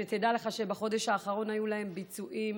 שתדע לך שבחודש האחרון היו להם ביצועים,